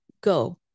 go